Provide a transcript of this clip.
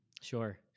Sure